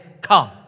come